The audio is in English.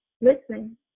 listen